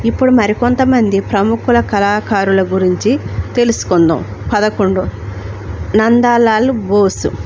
ఇప్పుడు మరికొంతమంది ప్రముఖ కళాకారుల గురించి తెలుసుకుందాం పదకొండు నందలాల బోసు